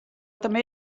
també